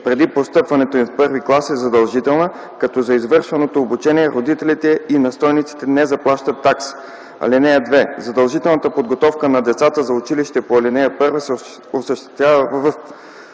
преди постъпването им в първи клас е задължителна, като за извършваното обучение родителите и настойниците не заплащат такса. (2) Задължителната подготовка на децата за училище по ал. 1 се осъществява в: